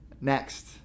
next